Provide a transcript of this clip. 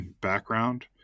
background